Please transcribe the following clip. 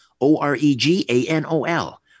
O-R-E-G-A-N-O-L